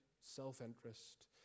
self-interest